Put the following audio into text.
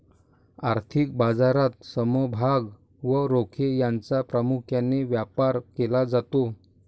आर्थिक बाजारात समभाग व रोखे यांचा प्रामुख्याने व्यापार केला जातो